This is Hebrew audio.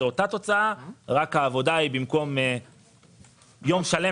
התוצאה היא אותה תוצאה אבל העבודה מהירה בהרבה במקום יום שלם